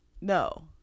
No